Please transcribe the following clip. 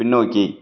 பின்னோக்கி